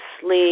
sleep